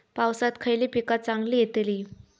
पावसात खयली पीका चांगली येतली?